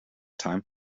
time